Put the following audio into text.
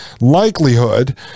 likelihood